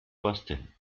basteln